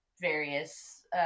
various